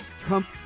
Trump